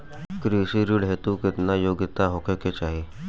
कृषि ऋण हेतू केतना योग्यता होखे के चाहीं?